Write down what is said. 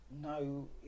No